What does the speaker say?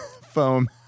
foam